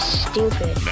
stupid